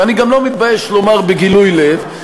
ואני גם לא מתבייש להגיד בגילוי לב,